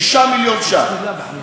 6 מיליוני שקלים,